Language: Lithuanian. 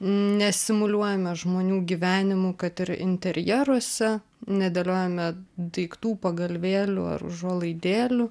nesimuliuojame žmonių gyvenimų kad ir interjeruose nedėliojame daiktų pagalvėlių ar užuolaidėlių